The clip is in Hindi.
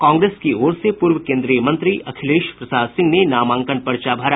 कांग्रेस की ओर से पूर्व केन्द्रीय मंत्री अखिलेश प्रसाद सिंह ने नामांकन भरा